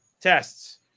tests